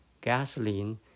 gasoline